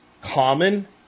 common